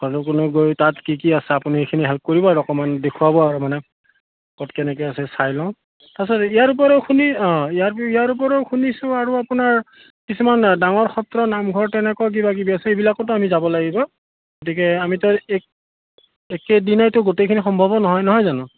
গৈ তাত কি কি আছে আপুনি এইখিনি হেল্প কৰিব আৰু অকণমান দেখুৱাব আৰু মানে ক'ত কেনেকে আছে চাই লওঁ তাৰপিছত ইয়াৰ ওপৰিও শুনি অঁ ইয়াৰ ইয়াৰ পৰাও শুনিছোঁ আৰু আপোনাৰ কিছুমান ডাঙৰ সত্ৰ নামঘৰ তেনেকুৱা কিবা কিবি আছে এইবিলাকতো আমি যাব লাগিব গতিকে আমিতো এক একেদিনাইতো গোটেইখিনি সম্ভৱো নহয় নহয় জানো